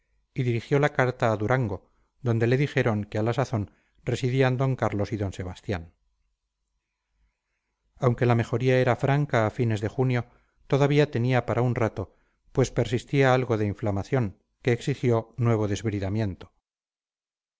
y dirigió la carta a durango donde le dijeron que a la sazón residían d carlos y d sebastián aunque la mejoría era franca a fines de junio todavía tenía para un rato pues persistía algo de inflamación que exigió nuevo desbridamiento